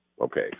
Okay